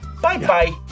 Bye-bye